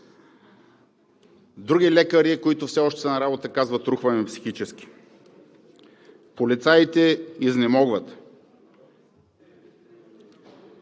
Лекари, които все още са на работа, казват, че рухват психически. Полицаите изнемогват.